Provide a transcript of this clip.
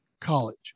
college